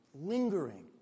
lingering